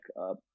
up